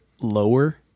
lower